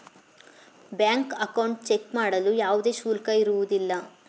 bank account check ಮಾಡಲು ಯಾವುದೇ ಶುಲ್ಕ ಇರುವುದಿಲ್ಲ